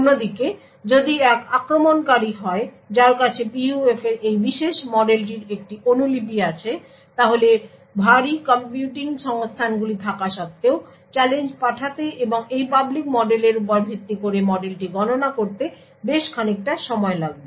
অন্যদিকে সেটি যদি এক আক্রমণকারী হয় যার কাছে PUF এর এই বিশেষ মডেলটির একটি অনুলিপি আছে তাহলে ভারী কম্পিউটিং সংস্থানগুলি থাকা সত্ত্বেও চ্যালেঞ্জ পাঠাতে এবং এই পাবলিক মডেলের উপর ভিত্তি করে মডেলটি গণনা করতে বেশ খানিকটা সময় লাগবে